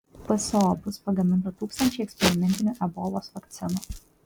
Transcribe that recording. pso bus pagaminta tūkstančiai eksperimentinių ebolos vakcinų